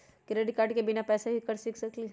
Credit card से बिना पैसे के ही खरीद सकली ह?